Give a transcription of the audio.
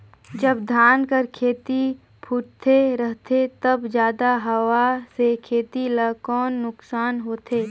जब धान कर खेती फुटथे रहथे तब जादा हवा से खेती ला कौन नुकसान होथे?